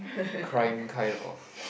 crime kind of